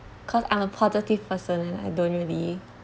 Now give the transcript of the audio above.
cause I'm a positive person and I don't really